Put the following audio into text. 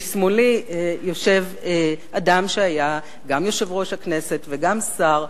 לשמאלי יושב אדם שהיה גם יושב-ראש הכנסת וגם שר,